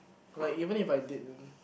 like even if I didn't